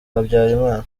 habyarimana